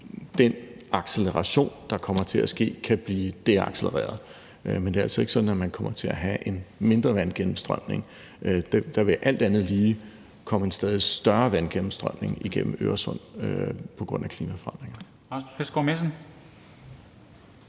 den acceleration, der kommer til at ske, kan blive deaccelereret, men det er altså ikke sådan, at man kommer til at have en mindre vandgennemstrømning. Der vil alt andet lige komme en stadig større vandgennemstrømning igennem Øresund på grund af klimaforandringerne.